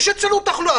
יש אצלנו תחלואה,